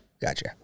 Gotcha